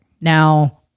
now